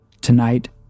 tonight